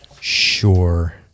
sure